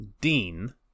dean